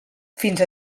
fins